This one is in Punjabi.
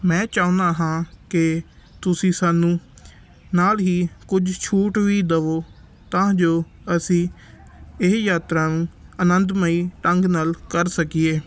ਮੈਂ ਚਾਹੁੰਦਾ ਹਾਂ ਕਿ ਤੁਸੀਂ ਸਾਨੂੰ ਨਾਲ ਹੀ ਕੁਝ ਛੂਟ ਵੀ ਦੇਵੋ ਤਾਂ ਜੋ ਅਸੀਂ ਇਹ ਯਾਤਰਾ ਨੂੰ ਆਨੰਦਮਈ ਢੰਗ ਨਾਲ ਕਰ ਸਕੀਏ